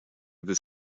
this